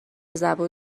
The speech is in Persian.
زبون